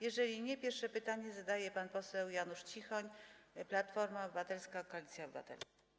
Jeżeli nie, pierwsze pytanie zadaje pan poseł Janusz Cichoń, Platforma Obywatelska - Koalicja Obywatelska.